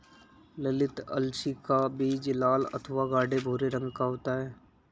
ललीत अलसी का बीज लाल अथवा गाढ़े भूरे रंग का होता है